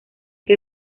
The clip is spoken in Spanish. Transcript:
que